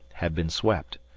had been swept.